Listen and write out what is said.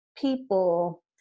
people